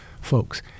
folks